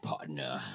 Partner